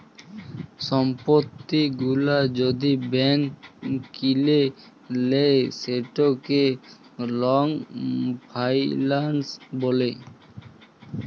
সম্পত্তি গুলা যদি ব্যাংক কিলে লেই সেটকে লং ফাইলাল্স ব্যলে